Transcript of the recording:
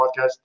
podcast